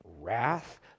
wrath